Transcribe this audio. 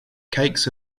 cakes